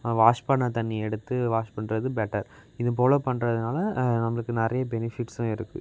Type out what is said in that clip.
wash பண்ண தண்ணியை எடுத்து வாஷ் பண்ணுறது பெட்டர் இதுப்போல் பண்றதுனால் நம்மளுக்கு நிறைய பெனிஃபிட்ஸும் இருக்குது